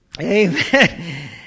Amen